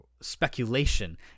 speculation